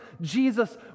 Jesus